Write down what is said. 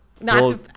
no